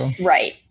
right